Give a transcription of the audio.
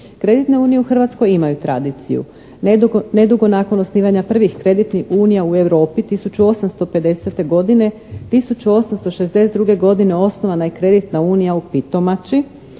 Kreditne unije u Hrvatskoj imaju tradiciju. Nedugo nakon osnivanja prvih kreditnih unija u Europi 1850. godine 1862. godine osnovana je kreditna unija u Pitomači